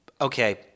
Okay